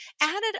added